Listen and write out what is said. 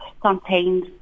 contains